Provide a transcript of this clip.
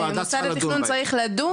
משרד התכנון צריך לדון,